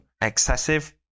excessive